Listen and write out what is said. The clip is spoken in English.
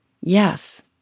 yes